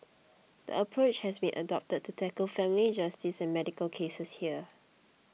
the approach has been adopted to tackle family justice and medical cases here